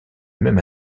même